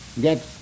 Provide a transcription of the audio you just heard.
get